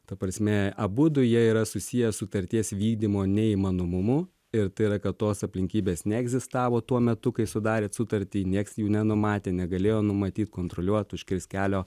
ta prasme abudu jie yra susiję sutarties vykdymo neįmanomumu ir tai yra kad tos aplinkybės neegzistavo tuo metu kai sudarėt sutartį nieks jų nenumatė negalėjo numatyt kontroliuot užkirst kelio